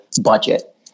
budget